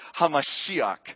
Hamashiach